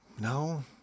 No